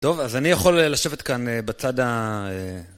טוב, אז אני יכול לשבת כאן בצד ה...